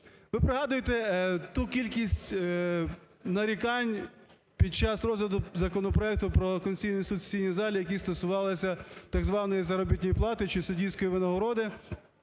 Ви пригадуєте ту кількість нарікань під час розгляду законопроекту про Конституційний Суд в сесійній залі, які стосувалися так званої заробітної плати, чи суддівської винагороди,